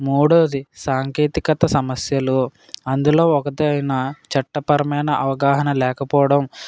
మూడవది సాంకేతికత సమస్యలు అందులో ఒకటైనా చట్టపరమైన అవగాహన లేకపోవడం